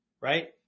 right